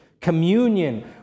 communion